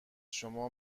شما